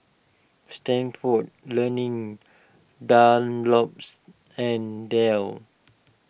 Stanford Learning Dunlops and Dell